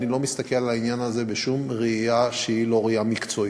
אני לא מסתכל על העניין הזה בשום ראייה שהיא לא ראייה מקצועית.